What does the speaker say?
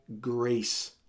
grace